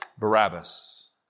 Barabbas